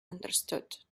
understood